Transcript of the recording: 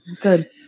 Good